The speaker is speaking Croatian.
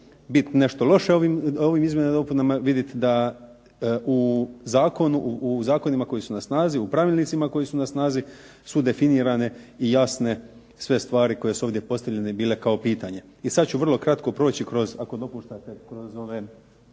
bit nešto loše u ovim izmjenama i dopunama, vidit da u zakonima koji su na snazi, u pravilnicima koji su na snazi su definirane i jasne sve stvari koje su ovdje postavljene bile kao pitanje. I sad ću vrlo kratko proći kroz, ako dopuštate, kroz ova